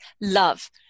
love